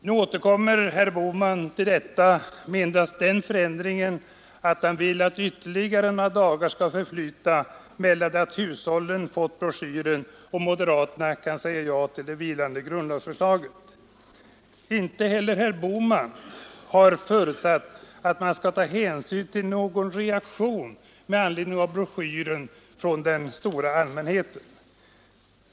Nu återkommer herr Bohman till detta med endast den förändringen att han vill att ytterligare några dagar skall förflyta från det att hushållen fått broschyren och till det att moderaterna kan säga ja till det vilande grundlagsförslaget. Inte heller herr Bohman har förutsatt att man skall ta hänsyn till någon reaktion från den stora allmänheten med anledning av broschyren.